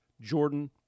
Jordan